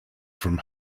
from